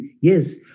Yes